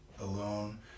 alone